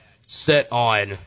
set-on